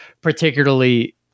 particularly